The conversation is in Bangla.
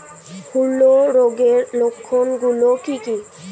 হূলো রোগের লক্ষণ গুলো কি কি?